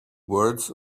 words